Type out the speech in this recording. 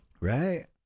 Right